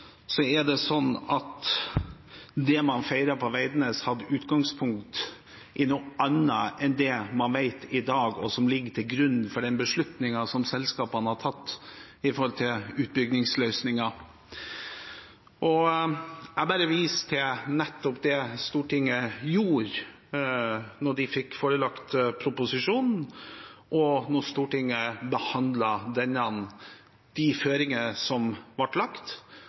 er det sånn at det man feiret på Veidnes, hadde utgangspunkt i noe annet enn det man vet i dag, og som ligger til grunn for den beslutningen selskapene har tatt om utbyggingsløsninger. Jeg viser til det Stortinget gjorde da de fikk seg forelagt proposisjonen, og da Stortinget behandlet denne. De føringene som ble lagt,